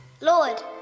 Lord